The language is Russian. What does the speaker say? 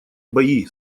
бои